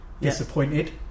disappointed